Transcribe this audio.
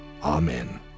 Amen